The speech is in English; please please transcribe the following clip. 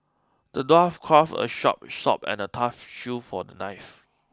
the dwarf crafted a sharp sword and a tough shield for the knight